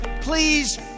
please